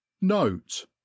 Note